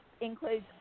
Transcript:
includes